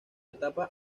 etapa